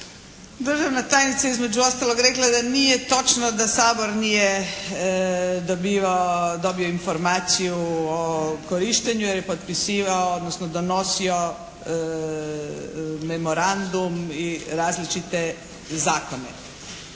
državna tajnica je između ostaloga rekla da nije točno da Sabor nije dobivao, dobio informaciju o korištenju jer je potpisivao, odnosno donosio memorandum i različite zakone.